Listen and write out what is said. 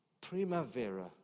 primavera